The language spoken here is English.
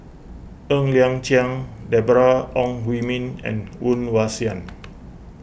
Ng Liang Chiang Deborah Ong Hui Min and Woon Wah Siang